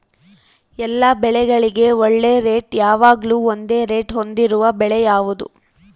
ಎಲ್ಲ ಬೆಳೆಗಳಿಗೆ ಒಳ್ಳೆ ರೇಟ್ ಯಾವಾಗ್ಲೂ ಒಂದೇ ರೇಟ್ ಹೊಂದಿರುವ ಬೆಳೆ ಯಾವುದು?